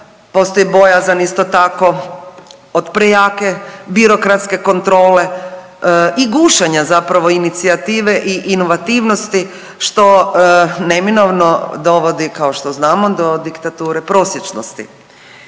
postoji bojazan isto tako od prejake birokratske kontrole i gušenja zapravo inicijative i inovativnosti što neminovno dovodi kao što znamo do diktature prosječnosti.